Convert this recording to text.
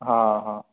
हा हा